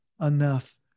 enough